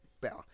better